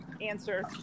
answer